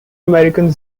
american